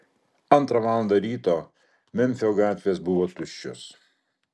antrą valandą ryto memfio gatvės buvo tuščios